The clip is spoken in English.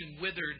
withered